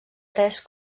tres